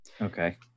Okay